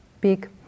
big